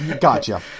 Gotcha